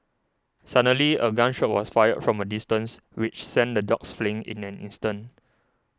suddenly a gun shot was fired from a distance which sent the dogs fleeing in an instant